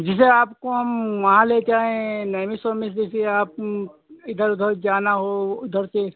जैसे हम आपको वहां ले जाएँ नैमिष ओमिश जैसे आप इधर उधर जाना हो उधर से